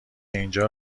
اینجا